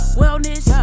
wellness